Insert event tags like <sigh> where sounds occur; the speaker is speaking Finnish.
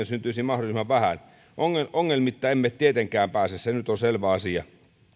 <unintelligible> syntyisi mahdollisimman vähän ongelmitta emme tietenkään pääse se nyt on selvä asia